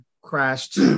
crashed